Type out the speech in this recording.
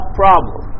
problem